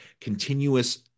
continuous